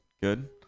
Good